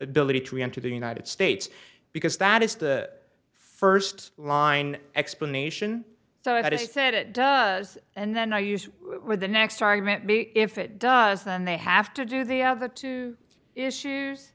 ability to enter the united states because that is the first line explanation so i just said it does and then i use the next argument if it does then they have to do the other two issues